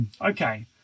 Okay